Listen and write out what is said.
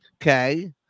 Okay